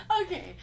Okay